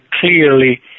clearly